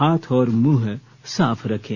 हाथ और मुंह साफ रखें